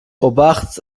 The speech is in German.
obacht